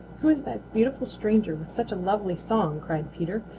who is that beautiful stranger with such a lovely song? cried peter,